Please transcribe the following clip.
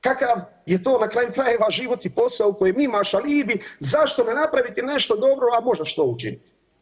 Kakav je to na kraju krajeva život i posao u kojem imaš alibi, zašto ne napraviti nešto dobro, a možeš to učiniti?